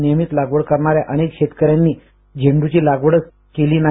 नियमित लागवड करणाया अनेक शेतकऱ्यांनी झेंडूची लागवड केली नाही